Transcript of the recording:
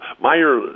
Meyer